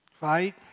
right